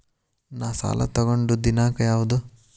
ನಾ ಸಾಲ ತಗೊಂಡು ದಿನಾಂಕ ಯಾವುದು?